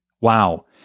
Wow